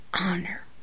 honor